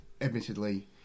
Admittedly